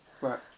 Right